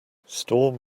storm